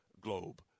globe